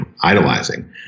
idolizing